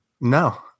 No